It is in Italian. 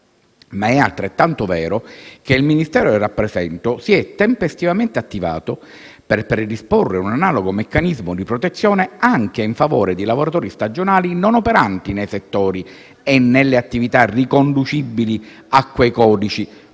però altrettanto vero che il Ministero che rappresento si è tempestivamente attivato, per predisporre un analogo meccanismo di protezione anche in favore di lavoratori stagionali non operanti nei settori e nelle attività riconducibili a quei codici,